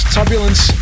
Turbulence